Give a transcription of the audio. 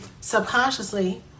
subconsciously